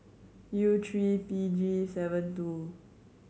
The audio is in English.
U three P G seven two